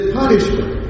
punishment